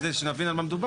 כדי שנבין על מה מדובר,